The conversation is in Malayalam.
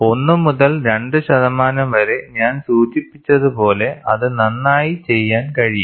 1 മുതൽ 2 ശതമാനം വരെ ഞാൻ സൂചിപ്പിച്ചതുപോലെ അത് നന്നായി ചെയ്യാൻ കഴിയും